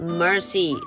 mercy